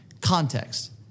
context